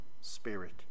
spirit